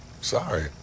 Sorry